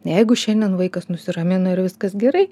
jeigu šiandien vaikas nusiramina ir viskas gerai